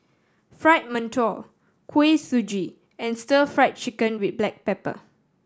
Fried Mantou Kuih Suji and Stir Fried Chicken with black pepper